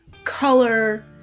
color